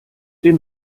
den